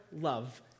love